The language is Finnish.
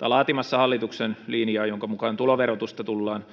laatimassa hallituksen linjaa jonka mukaan tuloverotusta tullaan